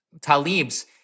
Talib's